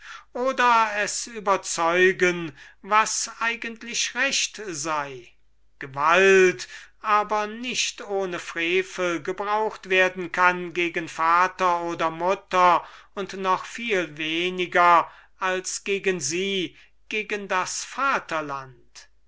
oder es überzeugen mußt was eigentlich recht sei daß aber gewalt nicht ohne frevel gebraucht werden kann gegen vater oder mutter und noch viel weniger als gegen sie gegen das vaterland